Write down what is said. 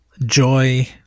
joy